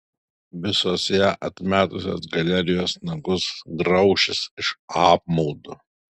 visos ją atmetusios galerijos nagus graušis iš apmaudo